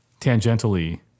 tangentially